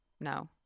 No